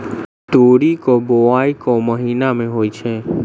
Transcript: तोरी केँ बोवाई केँ महीना मे होइ छैय?